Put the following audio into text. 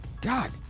God